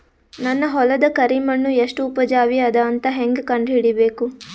ನನ್ನ ಹೊಲದ ಕರಿ ಮಣ್ಣು ಎಷ್ಟು ಉಪಜಾವಿ ಅದ ಅಂತ ಹೇಂಗ ಕಂಡ ಹಿಡಿಬೇಕು?